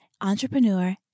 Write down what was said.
entrepreneur